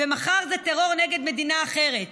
ומחר זה טרור נגד מדינה אחרת.